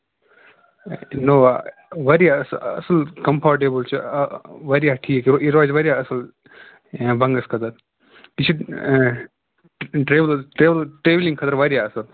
Innova واریاہ اَصٕل اَصٕل کَمفٲٹیبٔل چھِ واریاہ ٹھیٖک یہِ روزِ واریاہ اَصٕل بَنگَس خٲطٔر یہِ چھِ آ ڈرل ڈریوِنٛگ خٲطرٕ واریاہ اَصٕل